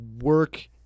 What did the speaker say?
work